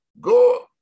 Go